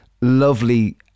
lovely